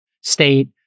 state